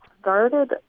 started